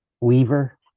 weaver